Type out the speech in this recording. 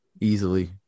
Easily